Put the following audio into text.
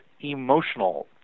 emotional